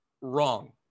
wrong